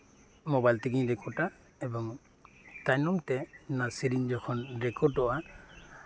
mobile ᱛᱮᱜᱮᱧ ᱨᱮᱠᱚᱰᱟ ᱮᱵᱚᱝ ᱛᱟᱭᱱᱚᱢ ᱛᱮ ᱚᱱᱟ ᱥᱮᱨᱮᱧ ᱡᱚᱠᱷᱚᱱ ᱨᱮᱠᱚᱨᱰ ᱚᱜᱼᱟ